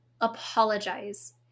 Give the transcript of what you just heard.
apologize